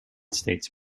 states